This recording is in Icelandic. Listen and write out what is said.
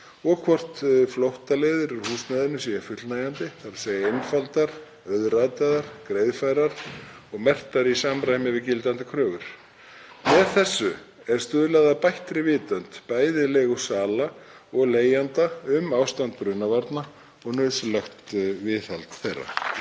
og hvort flóttaleiðir í húsnæðinu séu fullnægjandi, þ.e einfaldar, auðrataðar, greiðfærar og merktar í samræmi við gildandi kröfur. Með þessu er stuðlað að bættri vitund bæði leigusala og leigjanda um ástand brunavarna og nauðsynlegt viðhald þeirra.